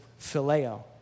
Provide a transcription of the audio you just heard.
phileo